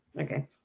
Okay